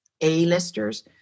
A-listers